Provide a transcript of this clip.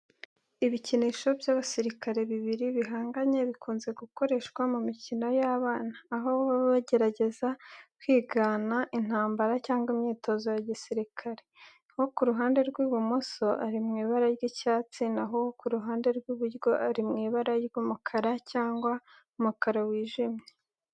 Ibikinisho by’abasirikare bibiri bihanganye. bikunze gukoreshwa mu mikino y’abana, aho baba bagerageza kwigana intambara cyangwa imyitozo ya gisirikare. Uwo ku ruhande rw’ibumoso ari mu ibara ry’icyatsi na ho uwo ku ruhande rw'iburyo ari mu ibara ry'umukara cyangwa umukara wijimye.